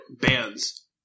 bands